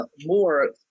more